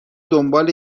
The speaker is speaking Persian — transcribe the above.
دنبال